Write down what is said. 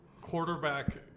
quarterback